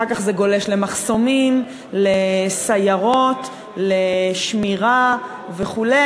אחר כך זה גולש למחסומים, לסיירות, לשמירה וכו',